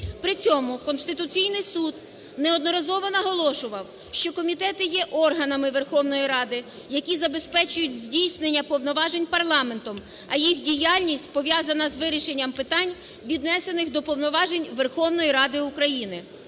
При цьому Конституційний Суд неодноразово наголошував, що комітети є органами Верховної Ради, які забезпечують здійснення повноважень парламентом, а їх діяльність пов'язана з вирішенням питань, віднесених до повноважень Верховної Ради України.